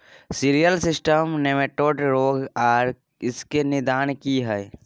Cereal cyst nematode रोग आर इसके निदान की हय?